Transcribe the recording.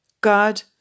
God